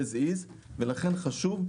ולכן חשוב,